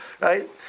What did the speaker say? right